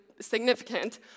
significant